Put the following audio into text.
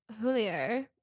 Julio